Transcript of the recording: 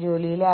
അങ്ങനെ